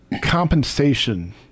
compensation